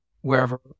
wherever